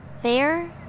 fair